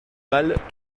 malles